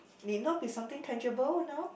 need not be something tangible now